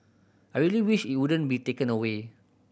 I really wish it wouldn't be taken away